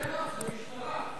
בטח, זה משטרה.